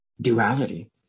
duality